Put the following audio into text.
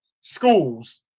schools